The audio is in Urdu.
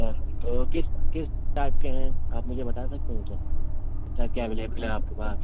تو کس کس ٹائپ کے ہیں آپ مجھے بتا سکتے ہیں کیا کس ٹائپ کے اویلیبل ہے آپ کے پاس